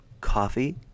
coffee